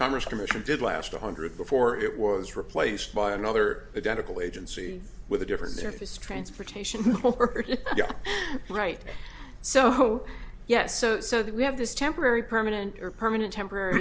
commerce commission did last a hundred before it was replaced by another identical agency with a different surface transportation right so yes so so that we have this temporary permanent or permanent temporary